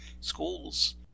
schools